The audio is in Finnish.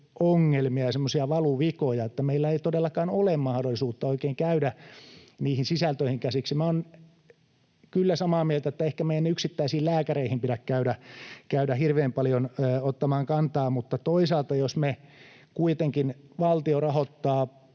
semmoisia valuvikoja, että meillä ei todellakaan ole mahdollisuutta oikein käydä niihin sisältöihin käsiksi. Minä olen kyllä samaa mieltä, että ehkä meidän ei yksittäisiin lääkäreihin pidä käydä hirveän paljon ottamaan kantaa, mutta toisaalta jos kuitenkin valtio rahoittaa